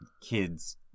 kids